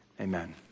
Amen